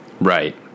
Right